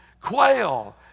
quail